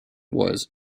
was